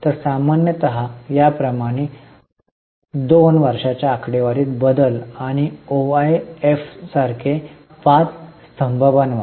तर सामान्यत याप्रमाणे दोन वर्षांच्या आकडेवारीत बदल आणि ओआयएफसारखे पाच स्तंभ बनवा